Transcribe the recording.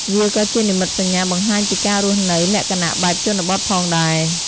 វាក៏ជានិមិត្តសញ្ញាបង្ហាញពីការរស់នៅលក្ខណៈបែបជនបទផងដែរ។